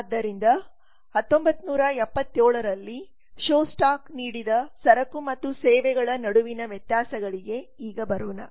ಆದ್ದರಿಂದ 1977 ರಲ್ಲಿ ಶೋಸ್ಟಾಕ್ ನೀಡಿದ ಸರಕು ಮತ್ತು ಸೇವೆಗಳ ನಡುವಿನ ವ್ಯತ್ಯಾಸಗಳಿಗೆ ಈಗ ಬರೋಣ